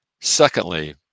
Secondly